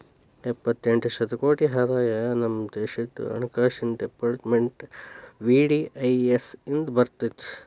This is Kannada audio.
ಎಪ್ಪತ್ತೆಂಟ ಶತಕೋಟಿ ಆದಾಯ ನಮ ದೇಶದ್ ಹಣಕಾಸಿನ್ ಡೆಪಾರ್ಟ್ಮೆಂಟ್ಗೆ ವಿ.ಡಿ.ಐ.ಎಸ್ ಇಂದ್ ಬಂದಿತ್